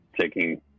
taking